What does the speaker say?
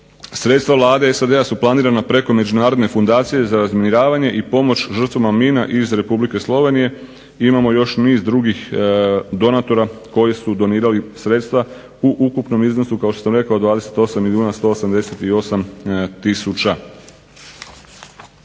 Sredstva Vlade SAD-a su planirana preko Međunarodne fundacije za razminiravanje i pomoć žrtvama mina iz Republike Slovenije. I imamo još niz drugih donatora koji su donirali sredstva u ukupnom iznosu kao što sam rekao 28 milijuna 188000.